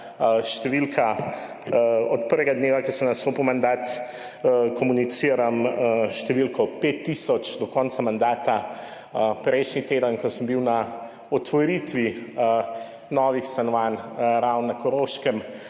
dovoljenj. Od prvega dneva, ko sem nastopil mandat, komuniciram s številko pet tisoč do konca mandata. Prejšnji teden, ko sem bil na otvoritvi novih stanovanj Ravne na Koroškem,